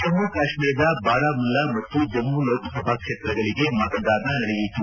ಜಮ್ಮ ಕಾಶ್ಮೀರದ ಬಾರಮುಲ್ಲಾ ಮತ್ತು ಜಮ್ಮ ಲೋಕಸಭಾ ಕ್ಷೇತ್ರಗಳಿಗೆ ಮತದಾನ ನಡೆಯಿತು